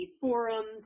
forums